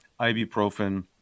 ibuprofen